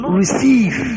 receive